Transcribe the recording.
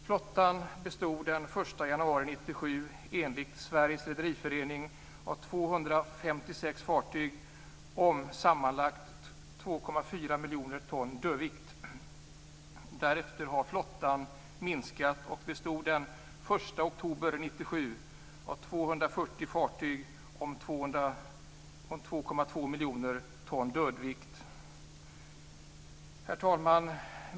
Flottan bestod den 1 januari 1997 enligt Sveriges Redareförening av 256 fartyg om sammanlagt 2,4 miljoner ton dödvikt. Därefter har flottan minskat och bestod den 1 oktober 1997 av 240 fartyg om 2,2 miljoner ton dödvikt. Herr talman!